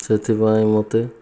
ସେଥିପାଇଁ ମୋତେ